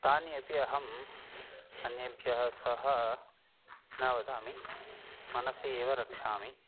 तानि अपि अहम् अन्येभ्यः सह न वदामि मनसि एव रक्षामि